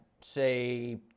say